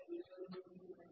Axxy2yxyz A